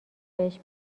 بهش